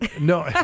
No